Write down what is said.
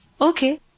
Okay